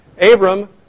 Abram